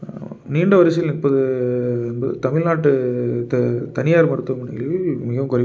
நீண்ட வரிசையில் நிற்பது என்பது தமிழ்நாட்டு தனியார் மருத்துவமனைகளில் மிக குறைவு